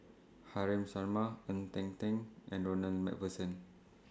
Haresh Sharma Ng Eng Teng and Ronald MacPherson